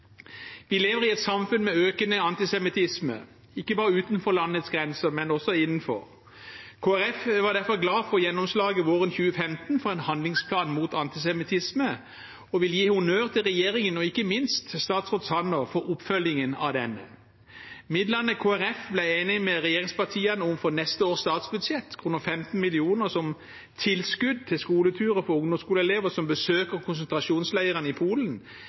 Vi lever i et samfunn med økende antisemittisme, ikke bare utenfor landets grenser, men også innenfor. Kristelig Folkeparti var derfor glad for gjennomslaget våren 2015 for en handlingsplan mot antisemittisme og vil gi honnør til regjeringen og ikke minst til statsråd Sanner for oppfølgingen av denne. Midlene Kristelig Folkeparti ble enig med regjeringspartiene om for neste års statsbudsjett, 15 mill. kr, som tilskudd til skoleturer for ungdomsskoleelever for å besøke konsentrasjonsleirene i Polen,